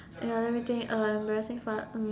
ya let me think embarrassing